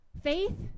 Faith